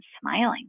smiling